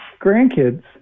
grandkids